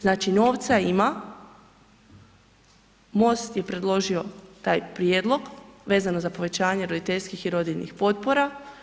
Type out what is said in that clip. Znači novca ima, Most je predložio taj prijedlog vezano za povećanje roditeljskih i rodiljnih potpora.